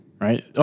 right